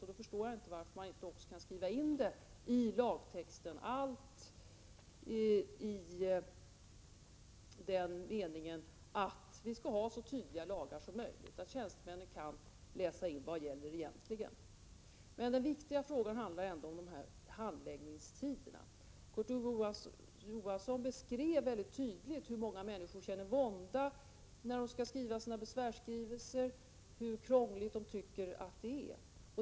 Då förstår jag inte varför man inte också kan skriva in det i lagtexten, så att vi får så tydliga lagar som möjligt och så att tjänstemännen av lagtexten kan se vilka regler som gäller. Den viktigaste frågan gäller emellertid handläggningstiderna. Kurt Ove Johansson beskrev mycket tydligt hur många människor känner vånda när de skall skriva sina besvärsskrivelser och hur krångligt de tycker att det är.